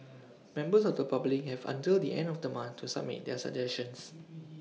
members of the public have until the end of the month to submit their suggestions